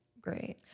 great